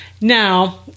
Now